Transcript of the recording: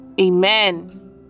Amen